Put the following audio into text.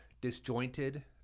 disjointed